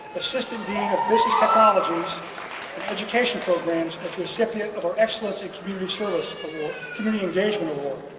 assistant dean of business technologies and education programs as recipient of our excellence in community sort of community engagement award.